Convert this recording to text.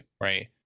right